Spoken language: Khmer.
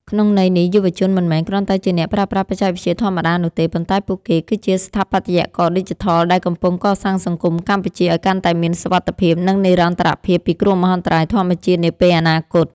ក្នុងន័យនេះ យុវជនមិនមែនគ្រាន់តែជាអ្នកប្រើប្រាស់បច្ចេកវិទ្យាធម្មតានោះទេ ប៉ុន្តែពួកគេគឺជា ស្ថាបត្យករឌីជីថល ដែលកំពុងកសាងសង្គមកម្ពុជាឱ្យកាន់តែមានសុវត្ថិភាព និងនិរន្តរភាពពីគ្រោះមហន្តរាយធម្មជាតិនាពេលអនាគត។